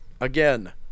again